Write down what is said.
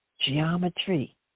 geometry